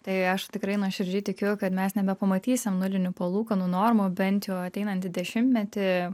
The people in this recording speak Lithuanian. tai aš tikrai nuoširdžiai tikiu kad mes nebepamatysim nulinių palūkanų normų bent jau ateinantį dešimtmetį